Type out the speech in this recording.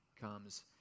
comes